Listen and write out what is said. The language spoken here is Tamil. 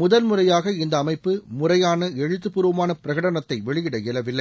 முதல் முறையாக இந்த அமைப்பு முறையான எழுத்துப்பூர்வமான பிரகடனத்தை வெளியிட இயலவில்லை